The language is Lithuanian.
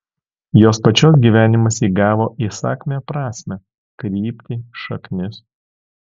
jos pačios gyvenimas įgavo įsakmią prasmę kryptį šaknis